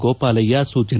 ಗೋಪಾಲಯ್ಯ ಸೂಚನೆ